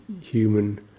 human